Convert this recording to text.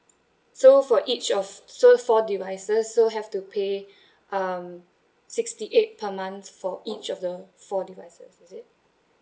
so for each of so four devices so have to pay um sixty eight per month for each of the four devices is it